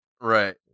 right